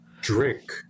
drink